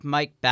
Mike